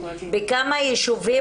בשני ישובים